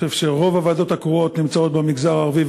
אני חושב שרוב הוועדות הקרואות נמצאות במגזר הערבי,